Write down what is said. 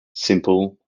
simple